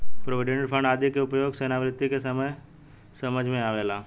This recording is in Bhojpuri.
प्रोविडेंट फंड आदि के उपयोग सेवानिवृत्ति के समय समझ में आवेला